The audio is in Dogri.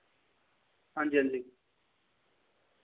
हांजी हांजी